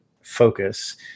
focus